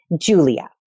Julia